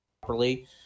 properly